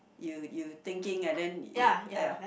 you you thinking and then you ya